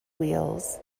wheels